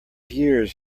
years